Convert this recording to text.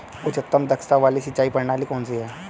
उच्चतम दक्षता वाली सिंचाई प्रणाली कौन सी है?